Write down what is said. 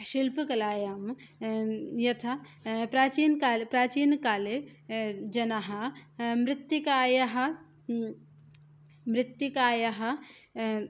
शिल्पकलायां यथा प्राचीनकाले जनः मृत्तिकायाः मृत्तिकायाः